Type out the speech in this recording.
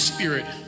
Spirit